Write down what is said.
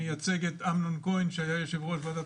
מייצג את אמנון כהן שהיה יושב ראש ועדת